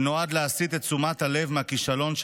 שנועד להסיט את תשומת הלב מהכישלון של